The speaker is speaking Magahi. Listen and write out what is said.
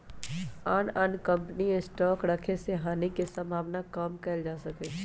आन आन कम्पनी के स्टॉक रखे से हानि के सम्भावना कम कएल जा सकै छइ